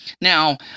Now